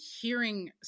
hearing